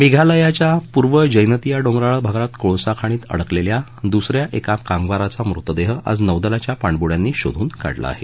मेघालयाच्या पूर्व जैनतिया डोंगराळ भागात कोळसाखाणीत अडकलेल्या दुस या एका कामगाराचा मृतदेह आज नौदलाच्या पाणबुड्यांनी शोधून काढला आहे